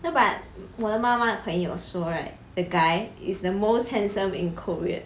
ya but 我的妈妈的朋友说 right the guy is the most handsome in korean